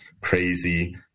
crazy